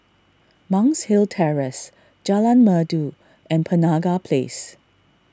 Monk's Hill Terrace Jalan Merdu and Penaga Place